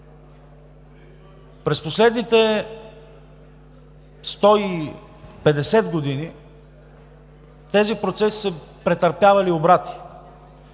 През последните 150 години тези процеси са претърпявали обрати,